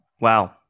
Wow